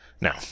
Now